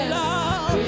love